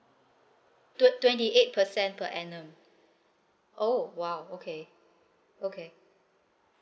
tw~ twenty eight percent per annum oh !wow! okay okay